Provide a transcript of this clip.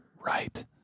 right